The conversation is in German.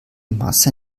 masse